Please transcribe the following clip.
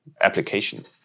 application